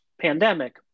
pandemic